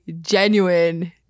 genuine